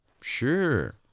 Sure